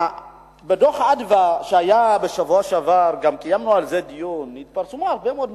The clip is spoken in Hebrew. בדוח "מרכז אדוה" מהשבוע שעבר התפרסמו הרבה מאוד נתונים,